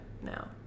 now